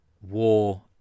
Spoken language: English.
war